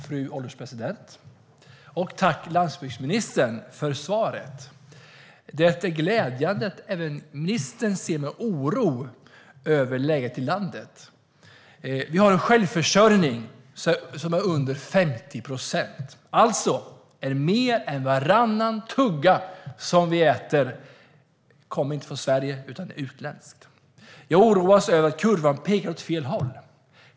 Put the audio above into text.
Fru ålderspresident! Jag vill tacka landsbygdsministern för svaret. Det är glädjande att även ministern ser med oro på läget i landet. Vi har en självförsörjning på under 50 procent. Mer än varannan tugga som vi äter kommer alltså inte från Sverige utan från utlandet. Jag oroas över att kurvan pekar åt fel håll.